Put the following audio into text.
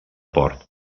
port